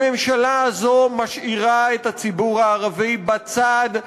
הממשלה הזו משאירה את הציבור הערבי בצד,